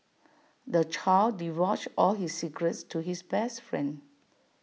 the child divulged all his secrets to his best friend